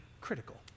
critical